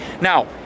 Now